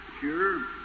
Sure